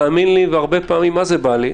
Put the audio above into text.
תאיינו אותו,